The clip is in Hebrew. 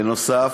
בנוסף,